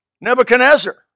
Nebuchadnezzar